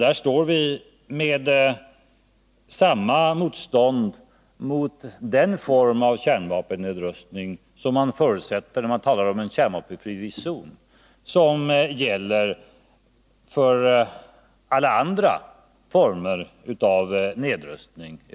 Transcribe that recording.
Där står vi, när vi talar om en kärnvapenfri zon och den form av kärnvapennedrustning som då förutsätts, inför samma motstånd som gäller för alla former av nedrustning.